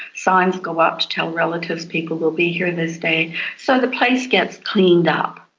signs go up to tell relatives, people will be here this day so the place gets cleaned up.